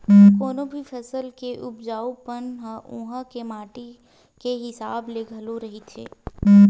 कोनो भी फसल के उपजाउ पन ह उहाँ के माटी के हिसाब ले घलो रहिथे